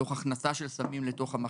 מתוך הכנסה של סמים לתוך המחלקה.